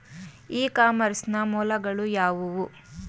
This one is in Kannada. ಇ ಕಾಮರ್ಸ್ ನ ಮೂಲಗಳು ಯಾವುವು?